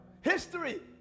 history